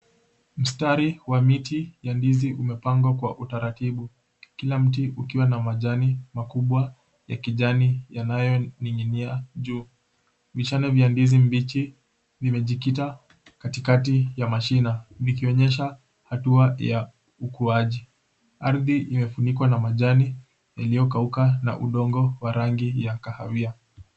Mstari wa miti ya ndizi umepangwa kwa utaratibu, kila mti ukiwa na majani makubwa ya kijani yanayoning'inia juu. Vishale vya ndizi mbichi vimejikita katikati ya mashina vikionyesha hatua ya ukuaji. Ardhi imefunikwa na majani yaliyokauka na udongo wa rangi ya kahawia.